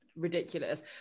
ridiculous